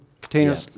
Tina